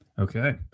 Okay